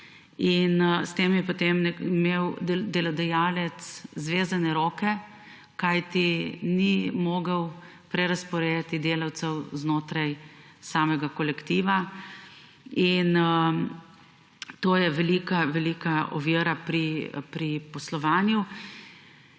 in zato je potem imel delodajalec zvezane roke, kajti ni mogel prerazporejati delavcev znotraj samega kolektiva. To je velika velika ovira pri poslovanju.